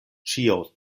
ĉio